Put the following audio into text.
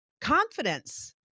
confidence